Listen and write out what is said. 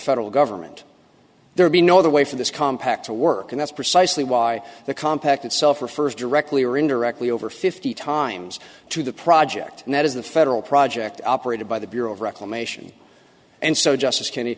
federal government there be no other way for this compact to work and that's precisely why the compact itself refers directly or indirectly over fifty times to the project and that is the federal project operated by the bureau of reclamation and so just